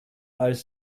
als